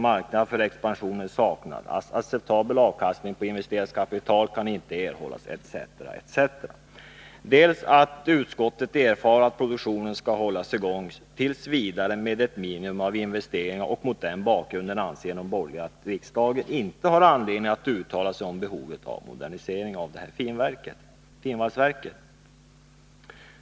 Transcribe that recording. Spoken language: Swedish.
Marknad för expansion saknas, acceptabel avkastning på investerat kapital kan inte erhållas, etc. Utskottet erfar, heter det vidare, att produktionen skall hållas i gång t. v. med ett minimun av investeringar, och mot den bakgrunden anser de borgerliga att riksdagen inte har anledning att uttala sig om behovet av modernisering av finvalsverket.